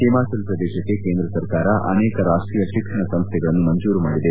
ಒಮಾಚಲ ಪ್ರದೇಶಕ್ಕೆ ಕೇಂದ್ರ ಸರ್ಕಾರ ಅನೇಕ ರಾಷ್ಲೀಯ ಶಿಕ್ಷಣ ಸಂಸ್ಥೆಗಳನ್ನು ಮಂಜೂರು ಮಾಡಿದೆ